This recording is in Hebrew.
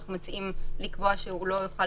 אנחנו מציעים לקבוע שהוא לא יוכל